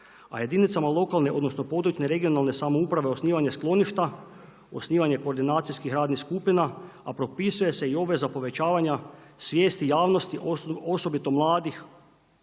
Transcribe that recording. A jedinica lokalne odnosno područne regionalne samouprave osnivanje skloništa, osnivanje koordinacijskih radnih skupina a propisuju se obveza povećavanja svijesti javnosti osobito mladih